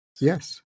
Yes